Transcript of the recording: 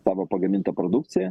savo pagamintą produkciją